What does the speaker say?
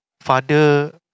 father